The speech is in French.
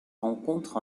rencontre